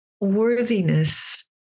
worthiness